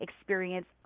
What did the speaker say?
experience